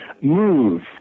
move